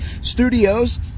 studios